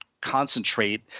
concentrate